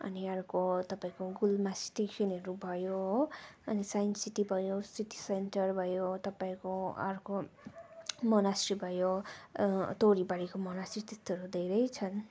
अनि अर्को तपाईँको गुल्मा स्टेसनहरू भयो हो अनि साइन्स सिटी भयो सिटी सेन्टर भयो तपाईँको अर्को मोनास्ट्री भयो तोरीबारीको मोनास्ट्री त्यस्तोहरू धेरै छन्